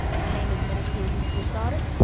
my name is minister ezekiel stoddard.